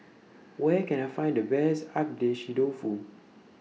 Where Can I Find The Best Agedashi Dofu